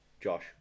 Josh